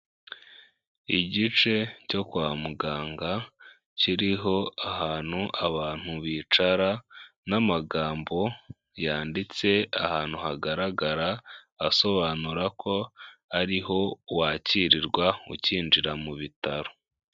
Igice cyo kwa muganga kiriho ahantu abantu bicara n'amagambo yanditse ahantu hagaragara, asobanura ko ariho wakirirwa ukinjira mu bitaro.